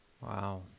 Wow